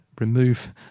remove